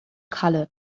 color